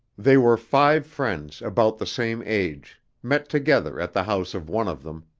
they were five friends about the same age, met together at the house of one of them,